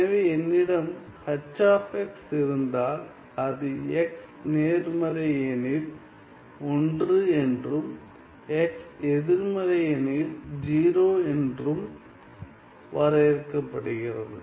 எனவே என்னிடம் H இருந்தால் அது x நேர்மறை எனில் 1 என்றும் x எதிர்மறை எனில் 0 என்றும் வரையறுக்கப்படுகிறது